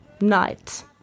night